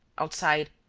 outside,